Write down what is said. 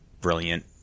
brilliant